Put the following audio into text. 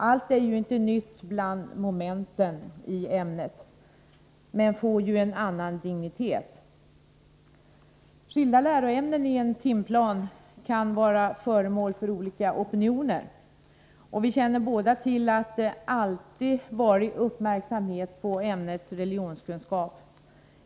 Allt är ju inte nytt bland momenten i ämnet men får ju en annan dignitet. Skilda läroämnen i en timplan kan vara föremål för olika opinioner. Vi känner båda till att det alltid varit uppmärksamhet på ämnet religionskunskap.